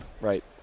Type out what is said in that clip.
Right